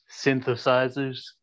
synthesizers